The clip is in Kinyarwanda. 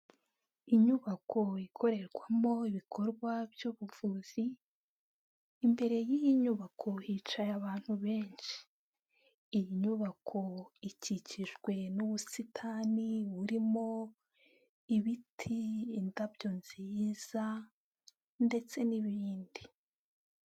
Inyubako ikorerwamo ibikorwa by'ubuvuzi, imbere y'iyi nyubako hicaye abantu benshi, iyi nyubako ikikijwe n'ubusitani burimo ibiti, indabyo nziza ndetse n'ibindi.